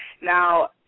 Now